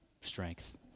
strength